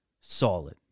solid